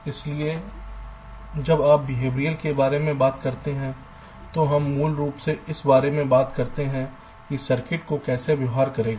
इसलिए जब आप बिहेवरियल के बारे में बात करते हैं तो हम मूल रूप से इस बारे में बात करते हैं कि सर्किट को कैसे व्यवहार करेगा